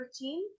routine